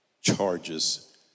charges